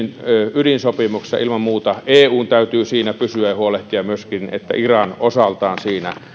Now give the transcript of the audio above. ydinsopimuksessa eun täytyy ilman muuta pysyä ja huolehtia myöskin siitä että iran osaltaan siinä